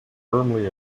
firmly